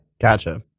Gotcha